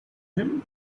him